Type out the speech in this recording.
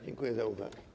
Dziękuję za uwagę.